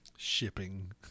Shipping